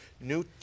new